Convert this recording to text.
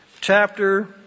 Chapter